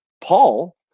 Paul